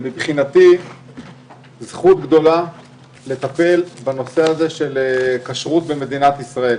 מבחינתי זכות גדולה לטפל בנושא הזה של כשרות במדינת ישראל,